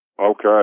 Okay